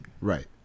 Right